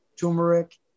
turmeric